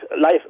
life